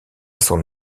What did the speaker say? son